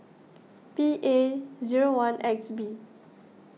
P A zero one X B